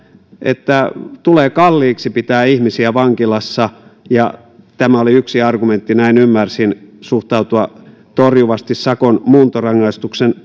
että tulee kalliiksi pitää ihmisiä vankilassa ja tämä oli yksi argumentti niin ymmärsin suhtautua torjuvasti sakon muuntorangaistuksen